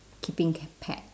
keeping ca~ pet